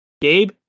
Gabe